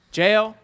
jail